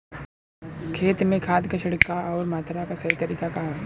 खेत में खाद क छिड़काव अउर मात्रा क सही तरीका का ह?